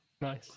Nice